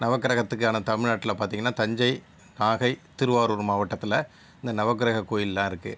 நவக்கிரகத்துக்கான தமிழ்நாட்டில் பார்த்தீங்கனா தஞ்சை நாகை திருவாரூர் மாவட்டத்தில் இந்த நவக்கிரக கோவில்லாம் இருக்குது